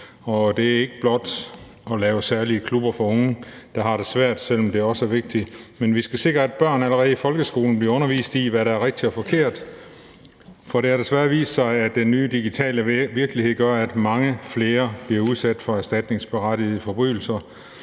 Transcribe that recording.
det er ikke blot at lave særlige klubber for unge, der har det svært, selv om det også er vigtigt. Men vi skal sikre, at børn allerede i folkeskolen bliver undervist i, hvad der er rigtigt og forkert, for det har desværre vist sig, at den nye digitale virkelighed gør, at mange flere bliver udsat for erstatningsberettigede forbrydelser,